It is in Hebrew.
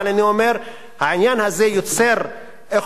אבל אני אומר שהעניין הזה יוצר בלגן,